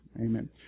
Amen